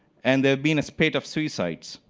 and there's been a spate of suicides.